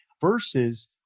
versus